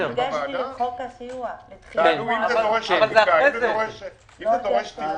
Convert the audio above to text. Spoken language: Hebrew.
אם זה דורש טיפול,